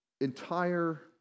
entire